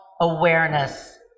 awareness